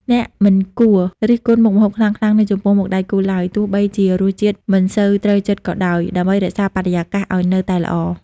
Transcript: អ្នកមិនគួររិះគន់មុខម្ហូបខ្លាំងៗនៅចំពោះមុខដៃគូឡើយ ទោះបីជារសជាតិមិនសូវត្រូវចិត្តក៏ដោយ ដើម្បីរក្សាបរិយាកាសឱ្យនៅតែល្អ។